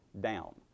down